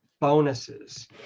bonuses